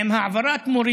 עם העברת מורים,